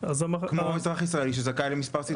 כמו אזרח ישראלי שזכאי למספר קבוע.